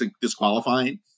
disqualifying